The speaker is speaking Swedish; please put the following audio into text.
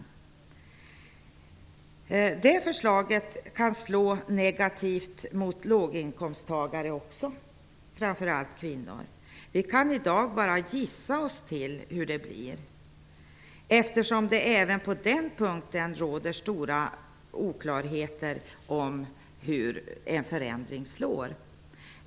Också det förslaget kan ge ett negativt utslag för låginkomsttagare, framför allt kvinnor. Vi kan i dag bara gissa oss till hur det blir, eftersom det även på den punkten råder stora oklarheter om hur en förändring slår.